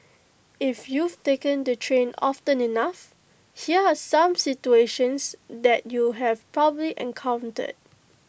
if you've taken the train often enough here are some situations that you'd have probably encountered